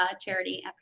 charity